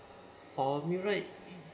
for me right